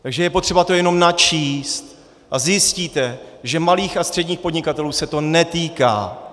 Takže je potřeba to jenom načíst a zjistíte, že malých a středních podnikatelů se to netýká.